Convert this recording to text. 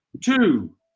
two